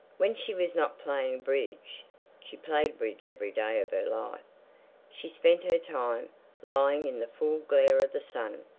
when she was not playing bridge she played bridge every day of her life she spent her time lying in the full glare of the sun.